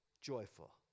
joyful